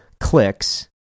clicks